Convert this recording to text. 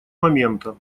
момента